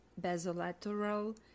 basolateral